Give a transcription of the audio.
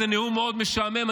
זה נאום מאוד משעמם,